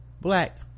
black